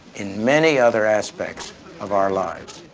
in many other aspects of our lives.